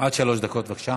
ילין, עד שלוש דקות, בבקשה.